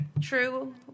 true